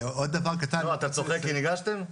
אתה צוחק, כי ניגשתם?